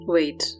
Wait